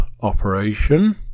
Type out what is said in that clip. operation